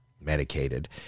medicated